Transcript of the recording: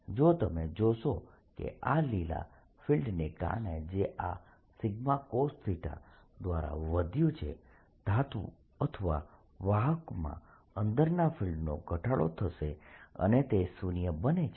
તો તમે જોશો કે આ લીલા ફિલ્ડને કારણે જે આ cos દ્વારા વધ્યું છે ધાતુ અથવા વાહકમાં અંદરના ફિલ્ડનો ઘટાડો થશે અને તે શુન્ય બને છે